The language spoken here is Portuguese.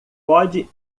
pode